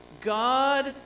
God